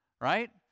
right